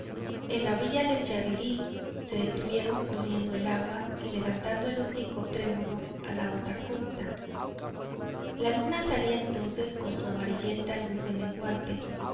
en la orilla del yabebirí se detuvieron oliendo el agua y levantando el hocico trémulo a la otra costa la luna salía entonces con su amarillenta luz de menguante